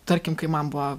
tarkim kai man buvo